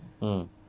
mm